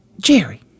Jerry